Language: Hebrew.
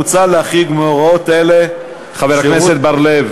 מוצע להחריג מהוראות אלו שירות שנדרשת לגביו